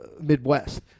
Midwest